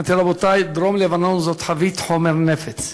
אמרתי: רבותי, דרום-לבנון זאת חבית חומר נפץ.